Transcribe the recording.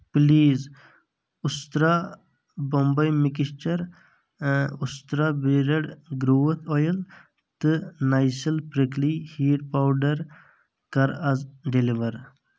please Ustraa Bombay mixture Ustraa beard growth oil تہٕ Nycil prickly heat powder کَر آز ڈِلِور